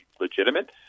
legitimate